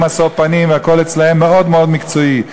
משוא-פנים והכול אצלם מאוד מאוד מקצועי.